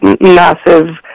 massive